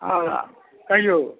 आउ कहिऔ